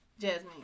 Jasmine